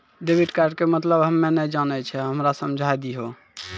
Debit card के मतलब हम्मे नैय जानै छौ हमरा समझाय दियौ?